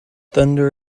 thunder